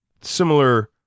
similar